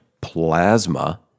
plasma